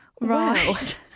Right